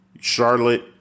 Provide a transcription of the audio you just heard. Charlotte